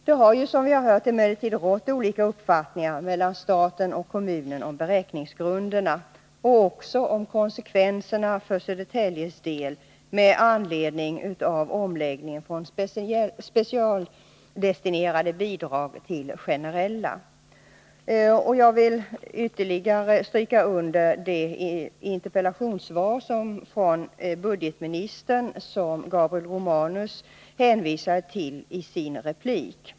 Det har emellertid, som vi har hört, rått olika uppfattningar mellan staten och kommunen om beräkningsgrunderna och också om konsekvenserna för Södertäljes del med anledning av omläggningen från specialdestinerade bidrag till generella bidrag. Jag vill här ytterligare stryka under vad budgetministern anförde i det interpellationssvar som Gabriel Romanus hänvisade till i sin replik.